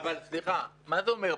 אבל סליחה, מה זה אומר?